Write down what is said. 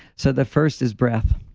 so the first is breath.